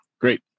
great